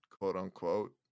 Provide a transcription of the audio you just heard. quote-unquote